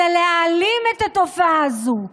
אלא להעלים את התופעה הזו ביחד,